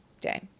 day